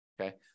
okay